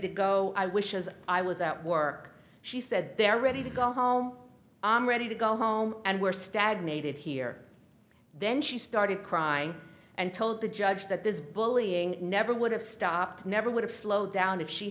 to go i wish as i was out work she said they're ready to go home i'm ready to go home and we're stagnated here then she started crying and told the judge that this bullying never would have stopped never would have slowed down if she